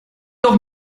doch